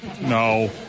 no